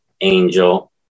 angel